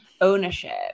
ownership